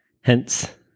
hence